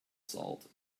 salt